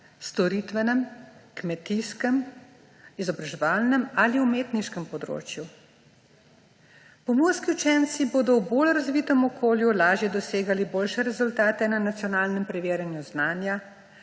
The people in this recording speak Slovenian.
storitvenem, kmetijskem, izobraževalnem ali umetniškem področju. Pomurski učenci bodo v bolj razvitem okolju lažje dosegali boljše rezultate na nacionalnem preverjanju znanja,